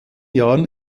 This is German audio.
jahren